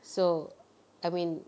so I mean